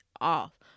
off